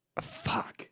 Fuck